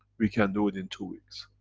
we can do it in two weeks.